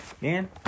Man